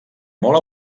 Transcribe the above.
molt